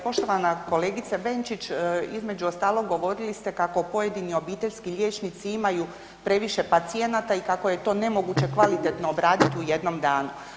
Poštovana kolegice Benčić, između ostalog govorili ste kako pojedini obiteljski liječnici imaju previše pacijenata i kako je to nemoguće kvalitetno obradit u jednom danu.